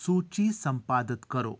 सूची संपादत करो